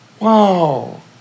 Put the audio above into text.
Wow